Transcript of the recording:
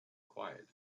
quiet